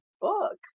book